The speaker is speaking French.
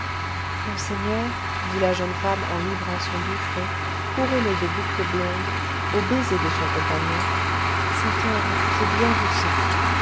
monseigneur dit la jeune femme en livrant son doux front couronné de boucles blondes aux baisers de son compagnon cet or a coûté bien du sang